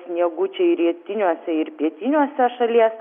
sniegučiai rietiniuose ir pietiniuose šalies